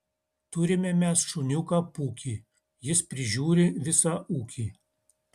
turime mes šuniuką pūkį jis prižiūri visą ūkį